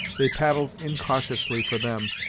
they paddled incautiously for them,